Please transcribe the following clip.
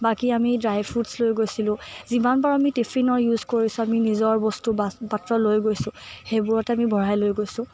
বাকী আমি dry fruits লৈ গৈছিলোঁ যিমান পাৰোঁ আমি টিফিনৰ ইউজ কৰিছোঁ আমি নিজৰ বস্তু বা পাত্ৰ লৈ গৈছোঁ সেইবোৰত আমি ভৰাই লৈ গৈছোঁ